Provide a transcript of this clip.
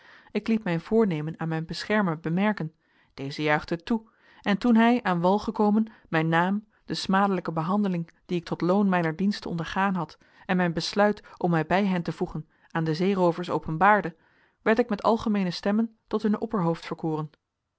ik liet mijn voornemen aan mijn beschermer bemerken deze juichte het toe en toen hij aan wal gekomen mijn naam de smadelijke behandeling die ik tot loon mijner diensten ondergaan had en mijn besluit om mij bij hen te voegen aan de zeeroovers openbaarde werd ik met algemeene stemmen tot hun opperhoofd verkoren